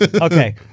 Okay